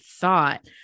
thought